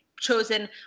chosen